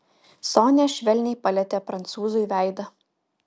sonia švelniai palietė prancūzui veidą